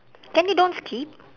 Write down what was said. can you don't skip